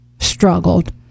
struggled